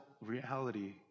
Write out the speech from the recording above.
reality